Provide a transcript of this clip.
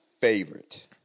favorite –